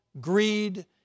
greed